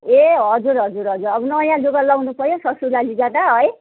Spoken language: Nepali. ए हजुर हजुर हजुर अब नयाँ लुगा लाउनुपऱ्यो ससुराली जाँदा है